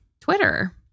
Twitter